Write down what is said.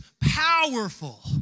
powerful